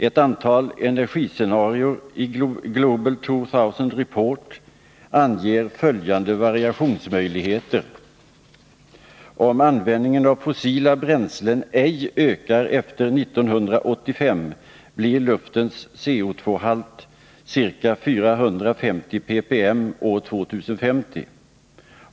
Ett antal energi-scenarier i Global 2000 Report anger följande variationsmöjligheter: Om användningen av fossila bränslen ej ökar efter 1985 blir luftens CO;,-halt ca 450 ppm år 2050.